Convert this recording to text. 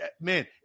man